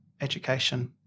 education